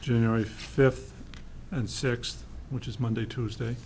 january fifth and sixth which is monday tuesday